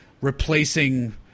replacing –